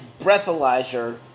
breathalyzer